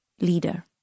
leader